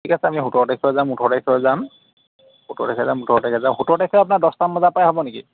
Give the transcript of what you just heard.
ঠিক আছে আমি সোতৰ তাৰিখেও যাম ওঠৰ তাৰিখেও যাম সোতৰ তাৰিখে যাম ওঠৰ তাৰিখে যাম সোতৰ তাৰিখে আপোনাৰ দহটা মান বজাৰ পৰাই হ'ব নেকি